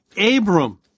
Abram